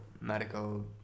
medical